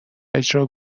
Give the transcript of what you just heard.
اجرا